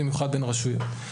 במיוחד בין רשויות.